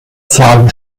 zahlen